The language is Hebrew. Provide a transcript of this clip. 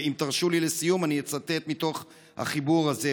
אם תרשו לי, לסיום, אני אצטט מתוך החיבור הזה.